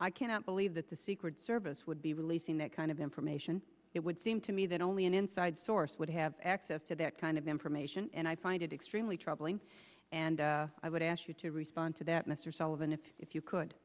i cannot believe that the secret service would be releasing that kind of information it would seem to me that only an inside source would have access to that kind of information and i find it extremely troubling and i would ask you to respond to that mr sullivan if you could